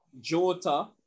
Jota